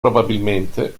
probabilmente